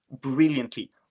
brilliantly